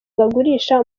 bagurisha